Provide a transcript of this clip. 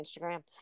Instagram